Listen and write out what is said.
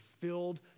filled